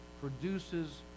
produces